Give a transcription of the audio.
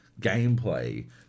gameplay